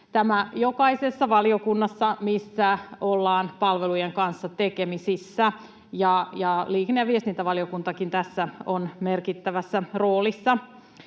tämä jokaisessa valiokunnassa, missä ollaan palvelujen kanssa tekemisissä. Liikenne- ja viestintävaliokuntakin tässä on merkittävässä roolissa.